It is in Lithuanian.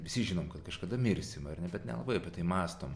visi žinom kad kažkada mirsim ar ne bet nelabai apie tai mąstom